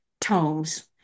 tomes